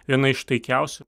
viena iš taikiausių